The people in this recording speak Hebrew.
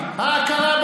הכשרות,